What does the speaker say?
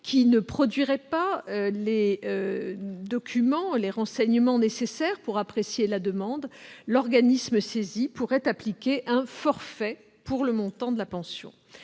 qui ne produirait pas les renseignements nécessaires pour apprécier la demande, l'organisme saisi pourrait appliquer un forfait pour le montant de la pension.